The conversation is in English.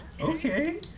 Okay